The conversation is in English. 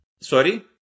Sorry